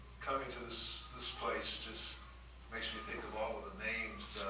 coming to this this place just makes me think of all of the names